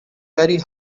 very